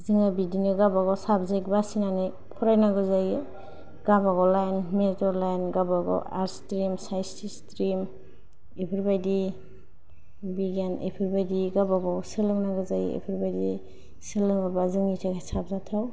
जोङो बिदिनो गावबा गाव साबजेख बासिनानै फरायनांगौ जायो गावबा गाव लाइन मेजर लाइन गावबा गाव आर्स स्थ्रिम सायेनश स्थ्रिम बेफोरबायदि बिगियान बेफोरबायदि गावबा गाव सोलोंनांगौ जायो इफोरबायदि सोलोङोब्ला जोंनि थाखाय साबजाथाव